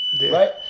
Right